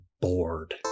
bored